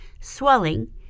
swelling